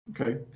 Okay